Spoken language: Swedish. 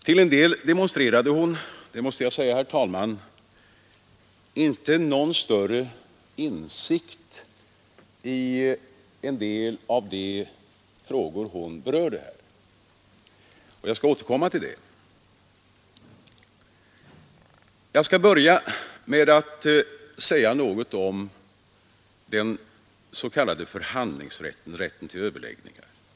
Till en del demonstrerade hon — det måste jag säga, herr talman — inte någon större insikt i en del av de frågor hon berörde. Och jag skall återkomma till detta. Jag skall börja med att säga något om den s.k. förhandlingsrätten, rätten till överläggningar.